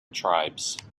tribes